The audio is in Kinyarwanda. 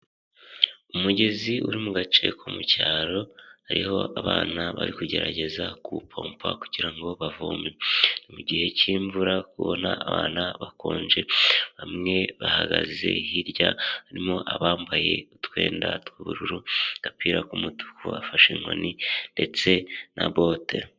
Umugezi uri mu gace ko mu cyaro hariho abana bari kugerageza ku pompa kugirango bavome, mugihe cy'imvura kubona abana bakonje bamwe bahagaze hirya barimo abambaye utwenda tw'ubururu n agapira k'umutuku, afashe inkoni ndetse na bote.